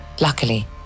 Luckily